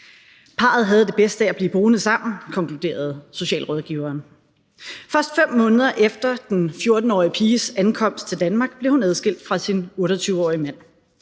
Parret havde det bedst af at blive boende sammen, konkluderede socialrådgiveren. Først 5 måneder efter den 14-årige piges ankomst til Danmark blev hun adskilt fra sin 28-årige mand.